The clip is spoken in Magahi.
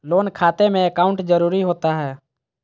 लोन खाते में अकाउंट जरूरी होता है?